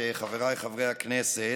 חבריי חברי הכנסת,